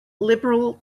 liberal